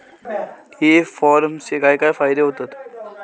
E कॉमर्सचे काय काय फायदे होतत?